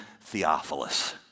Theophilus